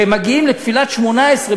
ומגיעים לתפילת שמונה-עשרה.